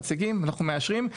מציגים ואנחנו מאשרים,